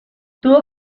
tuvo